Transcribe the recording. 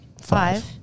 Five